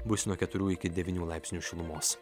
bus nuo keturių iki devynių laipsnių šilumos